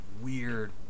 weird